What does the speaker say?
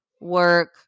work